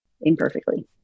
imperfectly